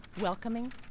Welcoming